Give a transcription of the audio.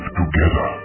together